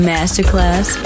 Masterclass